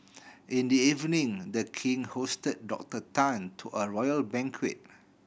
in the evening The King hosted Doctor Tan to a royal banquet